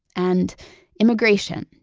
and immigration.